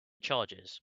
charges